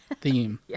theme